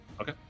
Okay